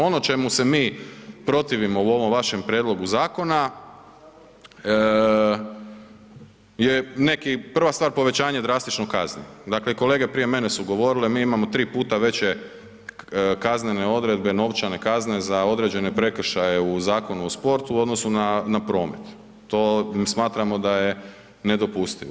Ono čemu se mi protivimo u ovom vašem prijedlogu zakona je neki, prva stvar povećanje drastično kazni, dakle kolege prije mene su govorile mi imamo 3 puta veće kaznene odredbe, novčane kazne za određene prekršaje u Zakonu o sportu u odnosu na, na promet, to smatramo da je nedopustivo.